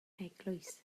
eglwys